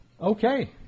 Okay